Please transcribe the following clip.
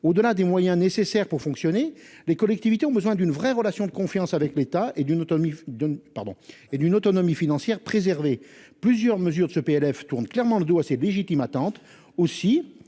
Au-delà des moyens nécessaires pour fonctionner, les collectivités ont besoin d'une vraie relation de confiance avec l'État et d'une autonomie financière préservée. Plusieurs mesures de ce PLF tournent clairement le dos à cette attente légitime.